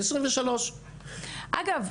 בשנת 2023. אגב,